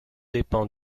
dépend